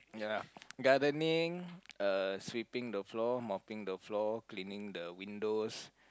ya gardening uh sweeping the floor mopping the floor cleaning the windows